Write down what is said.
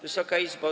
Wysoka Izbo!